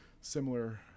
similar